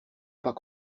pas